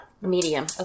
medium